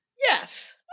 yes